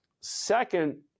Second